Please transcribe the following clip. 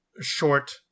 short